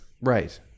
right